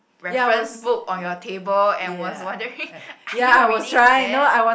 reference book on your table and was wondering are you reading that